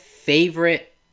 favorite